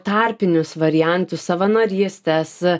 tarpinius variantus savanorystes